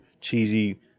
cheesy